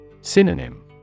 Synonym